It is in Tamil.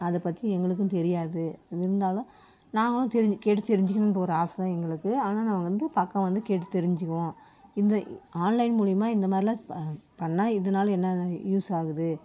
அதைப் பற்றி எங்களுக்கு தெரியாது இருந்தாலும் நாங்களும் தெரிஞ்சு கேட்டு தெரிஞ்சிக்கணும்னு ஒரு ஆசை தான் எங்களுக்கு ஆனால் நாங்க வந்து பக்கம் வந்து கேட்டு தெரிஞ்சுக்குவோம் இந்த ஆன்லைன் மூலிமா இந்த மாதிரிலாம் பண்ணால் இதனால என்னென்ன யூஸ் ஆகுது